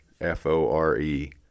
F-O-R-E